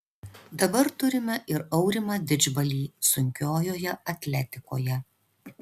dabar turime ir aurimą didžbalį sunkiojoje atletikoje